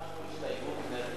הגשנו הסתייגות,